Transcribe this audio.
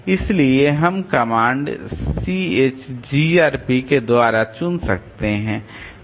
इसलिए हम command chgrp के द्वारा चुन सकते हैं